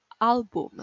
album